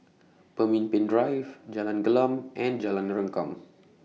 Pemimpin Drive Jalan Gelam and Jalan Rengkam